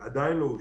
עדיין לא אושר,